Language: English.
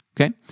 Okay